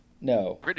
No